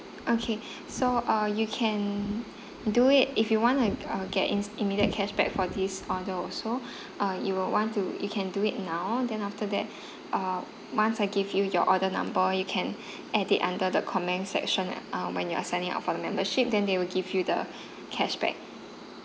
okay so uh you can do it if you want to get ins~ immediate cashback for this order also uh you will want to you can do it now then after that uh once I give you your order number you can edit under the comments section um when you are signing up for the membership then they will give you the cashback